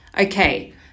Okay